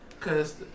Cause